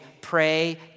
pray